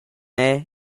era